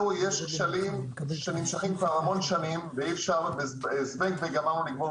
לנו יש כשלים שנמשכים כבר המון שנים ואי אפשר לפתור אותם בזבנג וגמרנו.